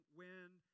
wind